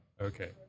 Okay